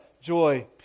joy